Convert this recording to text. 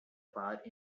part